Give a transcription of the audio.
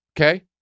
Okay